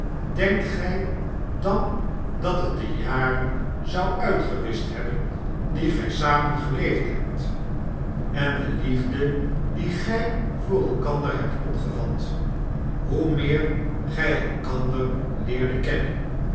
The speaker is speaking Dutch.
denkt gg dan dat het de jaren zou uitgewischt hebben diegijsamen geleefd hebt en de liefde die gij voor elkander hebt opgevat hoe meer gg elkander leerdet kennen